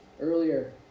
earlier